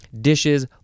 dishes